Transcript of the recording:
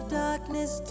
darkness